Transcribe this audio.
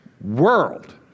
world